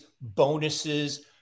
bonuses